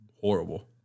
horrible